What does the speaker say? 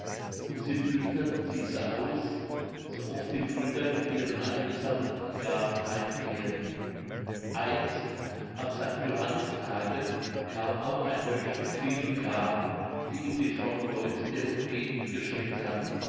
und sie plünderten diese aus so oft die brüder mit ihren eingesammelten gaben heimkehrten einst am sanct johannistage kam auch ein mönch mit vielen gaben die ihm die frommen leute der umgegend geschenkt hatten